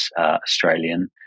Australian